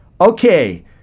Okay